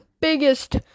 biggest